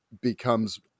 becomes